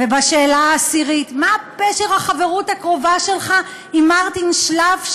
ובשאלה העשירית: מה פשר החברות הקרובה שלך עם מרטין שלאף,